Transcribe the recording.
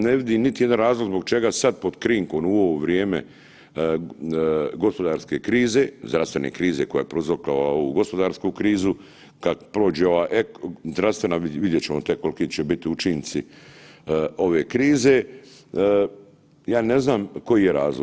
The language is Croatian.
Ne vidim niti jedan razlog zbog čega sad pod krinkom u ovo vrijeme gospodarske krize, zdravstvene krize koja je prouzrokovala ovu gospodarsku krizu, kad prođe ova zdravstvena vidjet ćemo tek kolki će bit učinci ove krize, ja ne znam koji je razlog.